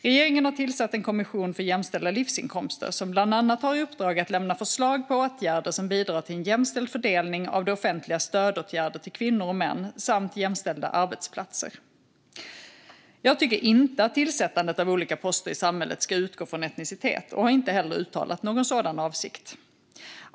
Regeringen har tillsatt en kommission för jämställda livsinkomster som bland annat har i uppdrag att lämna förslag på åtgärder som bidrar till en jämställd fördelning av det offentligas stödåtgärder till kvinnor och män samt jämställda arbetsplatser. Jag tycker inte att tillsättandet av olika poster i samhället ska utgå från etnicitet och har inte heller uttalat någon sådan avsikt.